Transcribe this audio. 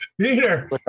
Peter